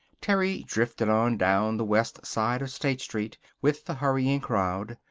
terry drifted on down the west side of state street, with the hurrying crowd.